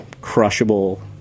crushable